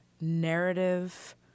narrative